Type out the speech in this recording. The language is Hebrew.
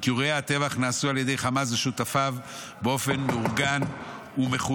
כי אירועי הטבח נעשו על ידי חמאס ושותפיו באופן מאורגן ומכוון,